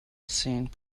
seeing